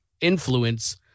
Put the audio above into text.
influence